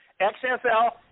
XFL